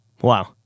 Wow